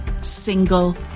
single